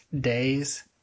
days